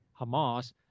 Hamas